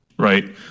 Right